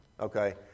Okay